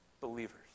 believers